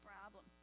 problem